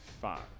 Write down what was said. Five